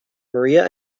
maria